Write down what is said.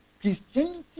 Christianity